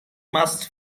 más